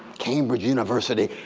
cambridge university,